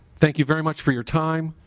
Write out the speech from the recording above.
thank you very much for your time